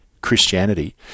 Christianity